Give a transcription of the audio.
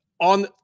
on